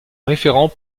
référent